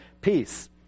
peace